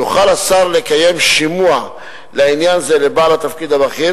יוכל השר לקיים שימוע לעניין זה לבעל התפקיד הבכיר